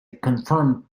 confirmed